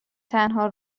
تنها